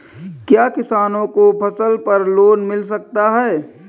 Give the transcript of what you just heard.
क्या किसानों को फसल पर लोन मिल सकता है?